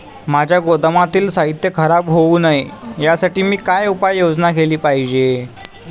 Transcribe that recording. माझ्या गोदामातील साहित्य खराब होऊ नये यासाठी मी काय उपाय योजना केली पाहिजे?